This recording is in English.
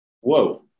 whoa